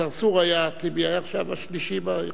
צרצור היה, טיבי היה, עכשיו השלישי ברשימה.